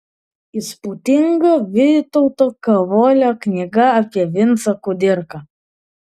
įspūdinga vytauto kavolio knyga apie vincą kudirką